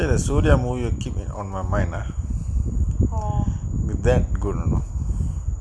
eh the sodium also keep on my mind lah with that good or not